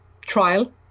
trial